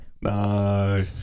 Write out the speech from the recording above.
No